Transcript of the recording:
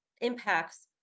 impacts